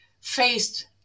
faced